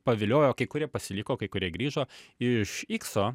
paviliojo kai kurie pasiliko kai kurie grįžo iš ikso